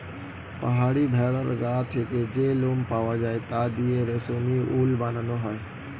পাহাড়ি ভেড়ার গা থেকে যে লোম পাওয়া যায় তা দিয়ে রেশমি উল বানানো হয়